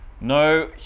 No